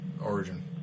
Origin